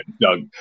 Doug